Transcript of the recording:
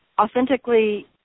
authentically